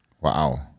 Wow